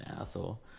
asshole